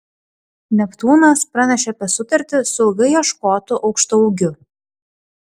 neptūnas pranešė apie sutartį su ilgai ieškotu aukštaūgiu